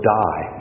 die